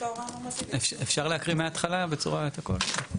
אפשר להקריא מההתחלה את הכל?